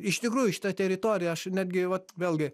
iš tikrųjų šita teritorija aš netgi vat vėlgi